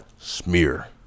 Smear